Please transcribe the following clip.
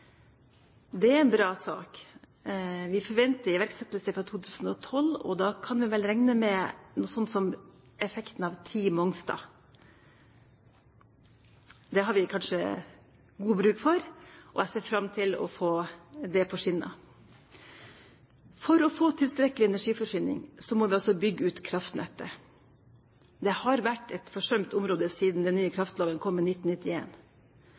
Det er en bra sak. Vi forventer iverksettelse fra 2012, og da kan en vel regne med noe sånt som effekten av ti Mongstad-kraftverk. Det har vi kanskje god bruk for, og jeg ser fram til å få det på skinner. For å få tilstrekkelig energiforsyning må vi altså bygge ut kraftnettet. Det har vært et forsømt område siden den nye kraftloven kom i